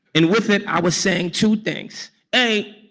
and with it, i was saying two things a,